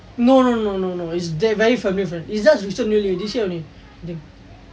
no no no no no it's different different it's just recent only this year only